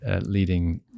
leading